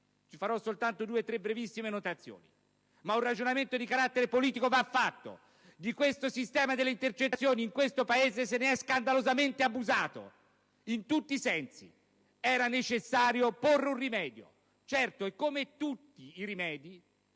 vi è infatti dubbio, onorevoli colleghi, che un ragionamento di carattere politico vada fatto. Di questo sistema delle intercettazioni in questo Paese si è scandalosamente abusato, in tutti i sensi! Era necessario porre un rimedio e certo, come tutti i rimedi,